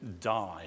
die